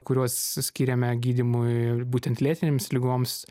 kuriuos skiriame gydymui būtent lėtinėms ligoms